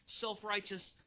self-righteous